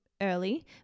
early